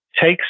takes